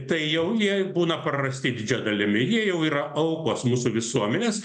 tai jau jie būna prarasti didžia dalimi jie jau yra aukos mūsų visuomenės